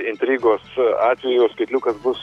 intrigos atveju skaitliukas bus